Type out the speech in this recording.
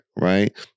right